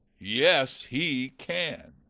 yes, he can.